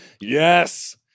yes